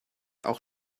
auch